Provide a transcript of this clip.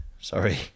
Sorry